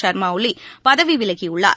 சர்மா ஒலி பதவி விலகியுள்ளார்